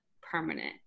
permanent